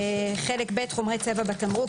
חלק ב': חומרי צבע בתמרוק.